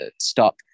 stop